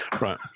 Right